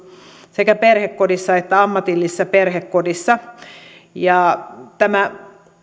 sekä perhekodissa että ammatillisessa perhekodissa tämä